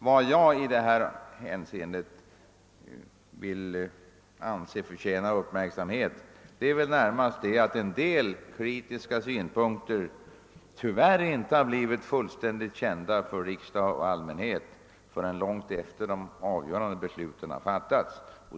Vad jag i detta hänseende anser förtjänar uppmärksamhet är närmast att en del kritiska synpunkter tyvärr inte blev fullständigt kända för riksdag och allmänhet förrän långt efter det att de avgörande besluten hade fattats.